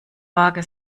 waage